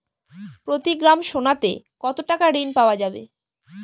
প্রতি গ্রাম সোনাতে কত টাকা ঋণ পাওয়া যাবে?